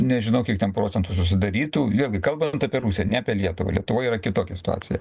nežinau kiek ten procentų susidarytų vėlgi kalbant apie rusiją ne apie lietuvą lietuvoje yra kitokia situacija